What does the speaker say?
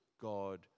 God